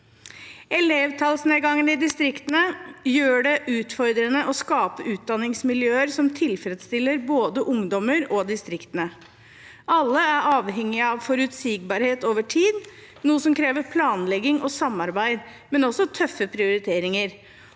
Elevtallsnedgangen i distriktene gjør det utfordrende å skape utdanningsmiljøer som tilfredsstiller både ungdommer og distriktene. Alle er avhengige av forutsigbarhet over tid, noe som krever planlegging og samarbeid, men også tøffe prioriteringer.